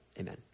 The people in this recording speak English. Amen